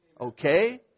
Okay